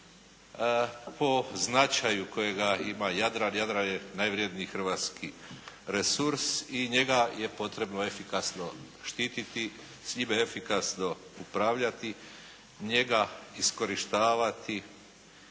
po značaju kojega ima Jadran. Jadran je najvredniji hrvatski resurs i njega je potrebno efikasno štiti, s njime efikasno upravljati, njega iskorištavati.